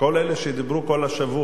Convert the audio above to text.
כל אלה שדיברו כל השבוע.